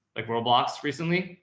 like robloxs recently,